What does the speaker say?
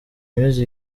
music